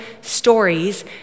stories